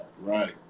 Right